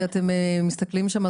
שאתם מסתכלים שם,